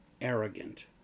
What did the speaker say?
arrogant